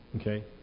okay